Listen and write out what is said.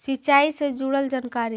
सिंचाई से जुड़ल जानकारी?